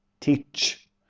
teach